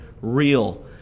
real